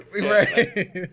Right